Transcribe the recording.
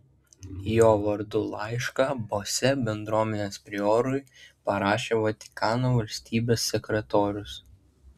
jo vardu laišką bose bendruomenės priorui parašė vatikano valstybės sekretorius